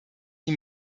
die